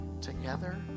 together